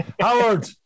Howard